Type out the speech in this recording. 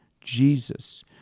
Jesus